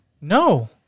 No